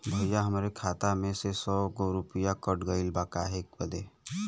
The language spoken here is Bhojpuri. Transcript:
भईया हमरे खाता में से सौ गो रूपया कट गईल बा काहे बदे?